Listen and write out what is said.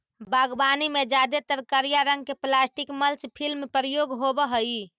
बागवानी में जादेतर करिया रंग के प्लास्टिक मल्च फिल्म प्रयोग होवऽ हई